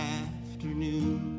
afternoon